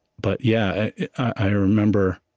but yeah i remember